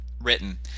written